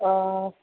ହଁ